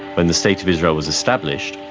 when the state of israel was established,